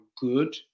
good